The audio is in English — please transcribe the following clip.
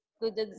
good